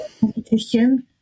competition